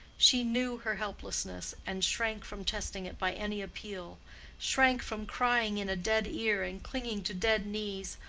she knew her helplessness, and shrank from testing it by any appeal shrank from crying in a dead ear and clinging to dead knees,